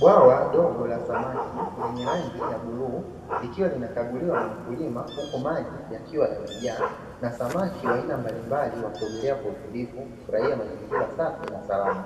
Bwawa dogo la samaki lenye rangi ya buluu likiwa linakaguliwa na mkulima huko maji yakiwa yamejaa na samaki wa aina mbalimbali wakiongelea kwa utulivu kufurahia mazingira safi na salama,